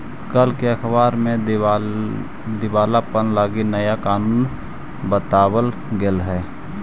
कल के अखबार में दिवालापन लागी नया कानून बताबल गेलई हे